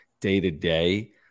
day-to-day